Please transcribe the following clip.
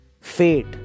Fate